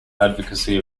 advocacy